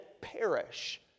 perish